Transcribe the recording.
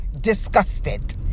disgusted